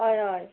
হয় হয়